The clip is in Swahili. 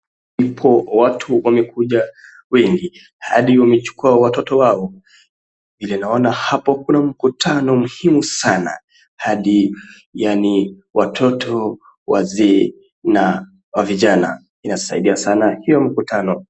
Ndipo watu wamekuja wengi hadi wamechukua watoto wao, vile naona hapo kuna mkutano muhimu sana hadi yaani watoto, wazee na wavijana, inasaidia sana hiyo mkutano.